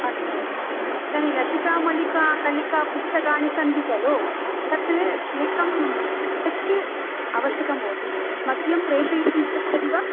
अस्तु इदानीं लतिका मलिका कलिकापुस्तकानि सन्ति कलु तत् एकं सेट् आवश्यकं भवति मह्यं प्रेषयितुं शक्यते वा